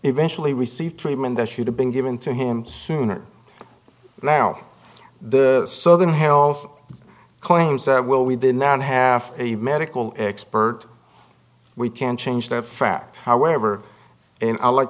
eventually received treatment that should have been given to him sooner now the southern health claims that well we did not have a medical expert we can't change that fact however and i like